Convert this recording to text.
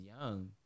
young